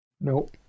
Nope